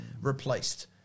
replaced